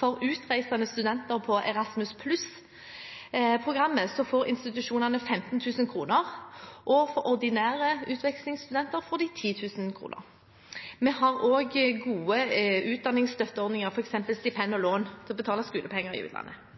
For utreisende studenter på Erasmus+-programmet får institusjonene 15 000 kr og for ordinære utvekslingsstudenter får de 10 000 kr. Vi har også gode utdanningsstøtteordninger, f.eks. stipend og lån til å betale skolepenger i utlandet.